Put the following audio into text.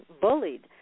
bullied